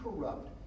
corrupt